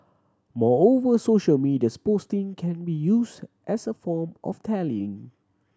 moreover social media can be used as a form of tallying